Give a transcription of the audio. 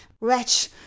Wretch